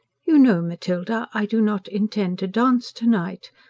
you know, matilda, i do not intend to dance to-night,